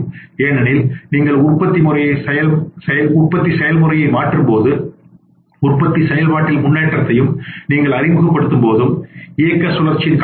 ஏனெனில் நீங்கள் உற்பத்தி செயல்முறையை மாற்றும் போதும் உற்பத்தி செயல்பாட்டில் முன்னேற்றத்தையும் நீங்கள் அறிமுகப்படுத்தும் போதும் இயக்க சுழற்சியின் காலம் என்ன